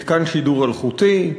מתקן שידור אלחוטי,